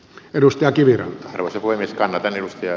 edustaja kivien rosovoimista perustyö